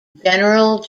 general